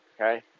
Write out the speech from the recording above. Okay